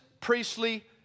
priestly